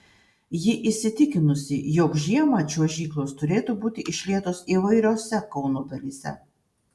ji įsitikinusi jog žiemą čiuožyklos turėtų būti išlietos įvairiose kauno dalyse